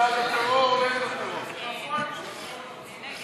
ההסתייגות (13) של חברי הכנסת חיים ילין ויעל גרמן לסעיף 4 לא נתקבלה.